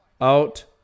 Out